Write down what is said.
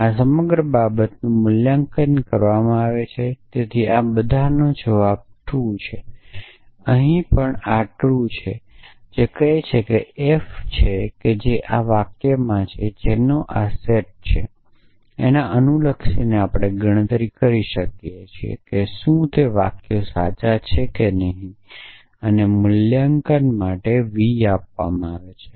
આ સમગ્ર બાબતનું મૂલ્યાંકન કરવામાં આવે છે તેથી આ બધા નો જવાબ ટ્રૂ છે અહી આ પણ ટ્રૂ છે તે કહે છે કે f કે જે આ વાક્ય માં છે તેના માટે આ સેટને અનુલક્ષીને આપણે ગણતરી કરી શકીએ કે શું તે વાક્યો સાચા છે કે નહીં અને મૂલ્યાંકન માટે v આપવામાં આવે છે